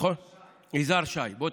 בוא, תקשיב.